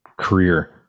career